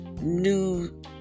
new